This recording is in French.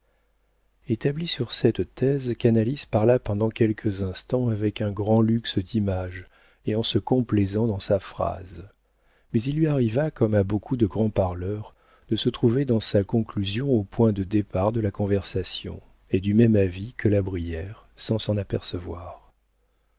établi sur cette thèse canalis parla pendant quelques instants avec un grand luxe d'images et en se complaisant dans sa phrase mais il lui arriva comme à beaucoup de grands parleurs de se trouver dans sa conclusion au point de départ de la conversation et du même avis que la brière sans s'en apercevoir